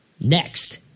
Next